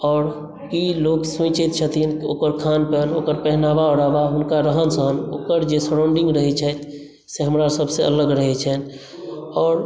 आओर की लोक सोचै छथिन ओकर खान पान ओकर पहनावा ओढावा हुनकर रहन सहन ओकर जे सराउंडिंग रहे छै से हमरासभसे अलग रहे छनि आओर